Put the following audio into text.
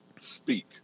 speak